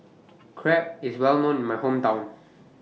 Crepe IS Well known in My Hometown